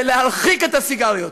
ולהרחיק את הסיגריות.